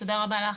תודה רבה לך.